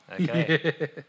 Okay